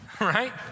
right